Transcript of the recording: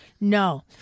No